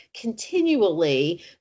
continually